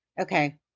Okay